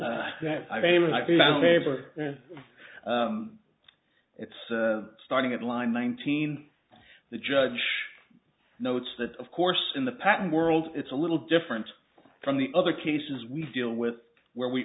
ever it's starting at line nineteen the judge notes that of course in the patent world it's a little different from the other cases we deal with where we